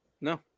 No